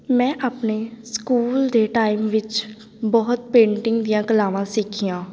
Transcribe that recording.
ਮੈਂ ਆਪਣੇ ਸਕੂਲ ਦੇ ਟਾਈਮ ਵਿੱਚ ਬਹੁਤ ਪੇਂਟਿੰਗ ਦੀਆਂ ਕਲਾਵਾਂ ਸਿੱਖੀਆਂ